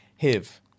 HIV